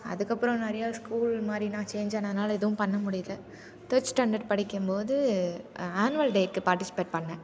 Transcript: அதுக்கப்புறம் நிறையா ஸ்கூல் மாதிரினா சேஞ்ச் ஆனதுனால் எதுவும் பண்ண முடியல தேர்ட் ஸ்டாண்டர்ட் படிக்கும்போது ஆனுவல் டேக்கு பார்ட்டிசிபேட் பண்ணேன்